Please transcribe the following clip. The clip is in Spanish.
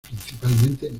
principalmente